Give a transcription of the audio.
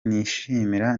nishimira